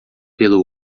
pelo